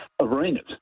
arenas